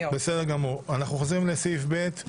חוזרים לסעיף ב'.